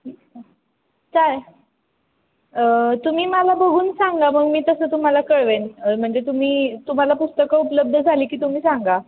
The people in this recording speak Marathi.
चालेल तुम्ही मला बघून सांगा मग मी तसं तुम्हाला कळवेन म्हणजे तुम्ही तुम्हाला पुस्तकं उपलब्ध झाली की तुम्ही सांगा